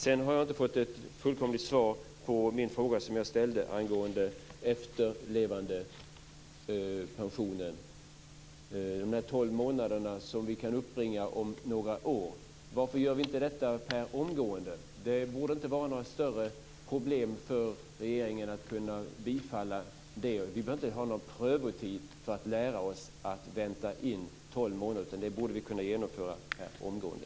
Jag har inte fått ett fullödigt svar på min fråga om efterlevandepensionen. Vi kan uppbringa tolv månader om några år. Varför kan vi inte göra det per omgående? Det borde inte vara några större problem för regeringen att kunna tillstyrka det. Det behövs inte någon prövotid för att lära oss att vänta in tolv månader. Det borde vi kunna genomföra per omgående.